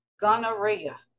Gonorrhea